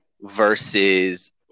versus